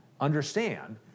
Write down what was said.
understand